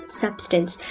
substance